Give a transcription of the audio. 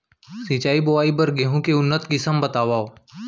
सिंचित बोआई बर गेहूँ के उन्नत किसिम बतावव?